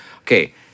okay